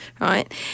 right